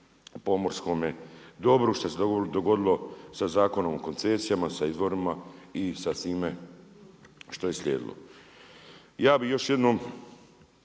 pomorskom dobru, šta se dogodilo sa Zakonom o koncesijama, sa izvorima i sa svime što je slijedilo. Ja bih još jednom